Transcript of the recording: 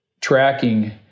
tracking